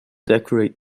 decorate